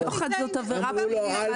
שוחד זאת עבירה פלילית.